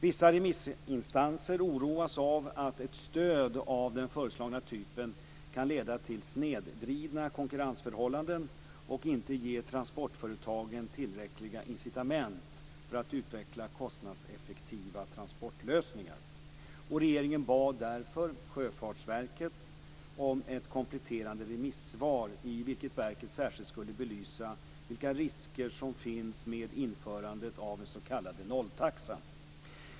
Vissa remissinstanser oroas av att ett stöd av den föreslagna typen kan leda till snedvridna konkurrensförhållanden och inte ge transportföretagen tillräckliga incitament för att utveckla kostnadseffektiva transportlösningar. Regeringen bad därför Sjöfartsverket om ett kompletterande remissvar i vilket verket särskilt skulle belysa vilka risker som finns med införandet av en s.k. nolltaxa.